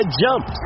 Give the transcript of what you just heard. jump